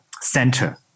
center